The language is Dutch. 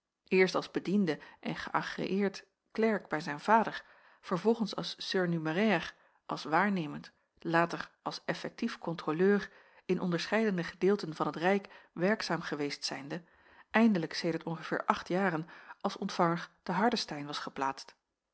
eerst als bediende en geagreëerde klerk bij zijn vader vervolgens als surnumerair als waarnemend later als effektief kontroleur in onderscheidene gedeelten van het rijk werkzaam geweest zijnde eindelijk sedert ongeveer acht jaren als ontvanger te hardestein was geplaatst